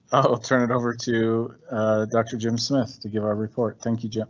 i'll turn it over to doctor, jim smith, to give our report. thank you, joe.